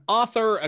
author